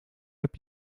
heb